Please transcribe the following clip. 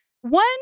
One